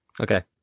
Okay